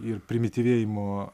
ir primityvėjimo